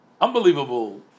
unbelievable